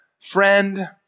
Friend